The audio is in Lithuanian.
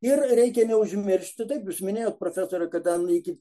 ir reikia neužmiršti taip minėjot profesore kad ten iki